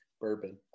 bourbon